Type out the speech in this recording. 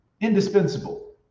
indispensable